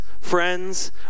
friends